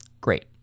Great